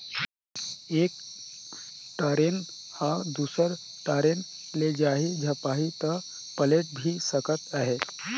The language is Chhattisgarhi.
एक टरेन ह दुसर टरेन ले जाये झपाही त पलेट भी सकत हे